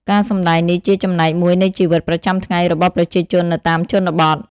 ការសម្តែងនេះជាចំណែកមួយនៃជីវិតប្រចាំថ្ងៃរបស់ប្រជាជននៅតាមជនបទ។